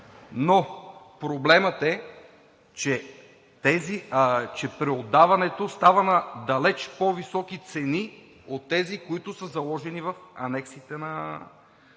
Проблемът е, че преотдаването става на далеч по-високи цени от тези, които са заложени в анексите на